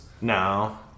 No